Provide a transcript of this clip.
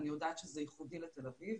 אני יודעת שזה ייחודי לתל אביב,